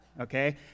okay